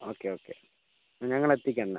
okay okay ഞങ്ങൾ എത്തിക്കാം